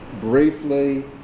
briefly